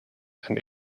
and